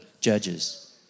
Judges